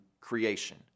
creation